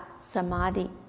samadhi